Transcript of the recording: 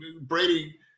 Brady